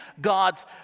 God's